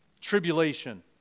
tribulation